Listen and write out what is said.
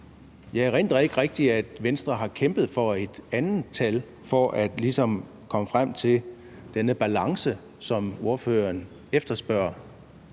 jeg erindrer ikke rigtig, at Venstre har kæmpet for et andet tal for ligesom at komme frem til denne balance, som ordføreren efterspørger.